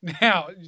Now